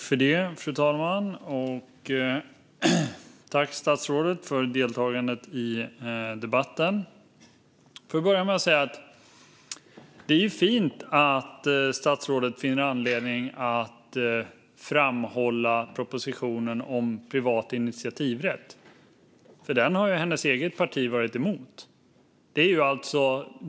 Fru talman! Tack, statsrådet, för deltagandet i debatten! Jag får börja med att säga det är fint att statsrådet finner anledning att framhålla propositionen om privat initiativrätt, för den har hennes eget parti varit emot.